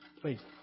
please